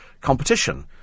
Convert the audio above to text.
competition